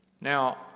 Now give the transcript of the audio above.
Now